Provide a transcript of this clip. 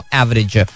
average